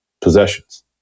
possessions